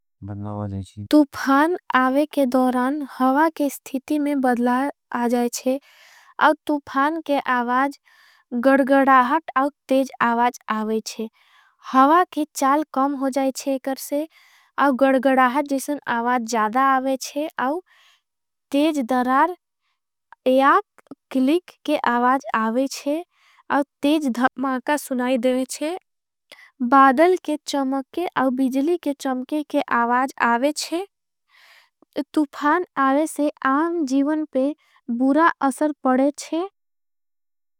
तुफान आवे के दोरान हवा के स्थिती में बदला आजाएचे आव। तुफान के आवाज गडडड़ाहट आव तेज़ आवाज आवेचे हवा। की चाल कम होजाएचे करसे आव गडड़ाहट जिसन आवाज। जदा आवेचे तेज़ दरार एक क्लिक के आवाज आवेचे और तेज़। धमाका सुनाई देवेचे बादल के चमके और बिजली के चमके। के आवाज आवेचेतुफान आवे से आम जीवन पे बुरा असर पड़ेचे।